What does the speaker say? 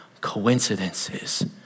coincidences